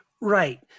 right